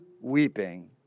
weeping